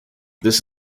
this